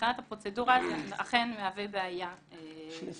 ומבחינת הפרוצדורה זה אכן מהווה בעיה וקושי.